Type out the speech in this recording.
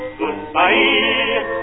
goodbye